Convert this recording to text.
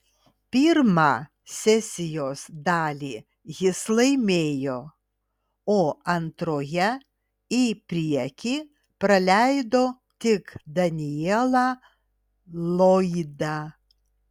pirmą sesijos dalį jis laimėjo o antroje į priekį praleido tik danielą lloydą